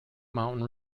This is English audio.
mountain